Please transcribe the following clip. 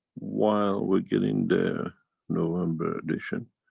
while we're getting the november edition.